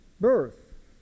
birth